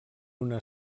una